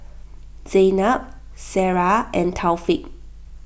Zaynab Sarah and Taufik